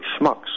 schmucks